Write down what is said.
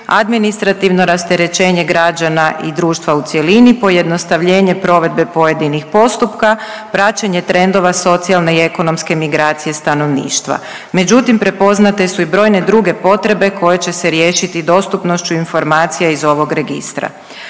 administrativno rasterećenje građana i društva u cjelini, pojednostavljenje provedbe pojedinih postupaka, praćenje trendova socijalne i ekonomske migracije stanovništva, međutim prepoznate su i brojne druge potrebe koje će se riješiti dostupnošću informacija iz ovog registra.